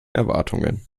erwartungen